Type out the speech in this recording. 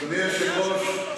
אדוני היושב-ראש,